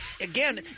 again